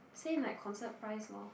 same like concert price lor